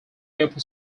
airport